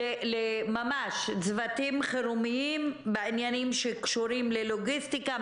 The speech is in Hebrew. לצוותי חירום בעניינים שקשורים ללוגיסטיקה,